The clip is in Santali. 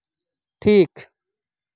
ᱴᱷᱤᱠ